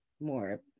more